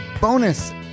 bonus